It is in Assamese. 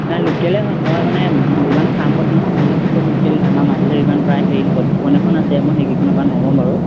নাই লোকেলে হয় মই মানে যিমান ফাৰ্মত মোৰ চিনাকি আছে সব লোকেল আমাৰ মাজুলীত ইমান প্ৰায় হেৰি নকৰে দুখন এখন আছে মই সেইকেইখনৰ পৰা নলওঁ বাৰু